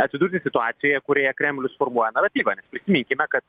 atsidurti situacijoje kurioje kremlius formuoja naratyvą prisiminkime kad